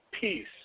Peace